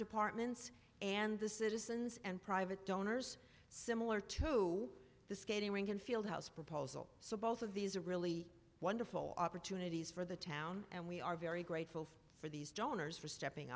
departments and the citizens and private donors similar to the skating rink and field house proposal so both of these are really wonderful opportunities for the town and we are very grateful for these donors for stepping